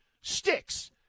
sticks